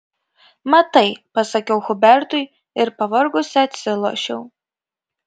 matai pasakiau hubertui ir pavargusi atsilošiau